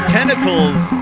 Tentacles